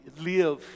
live